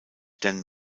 dan